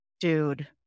dude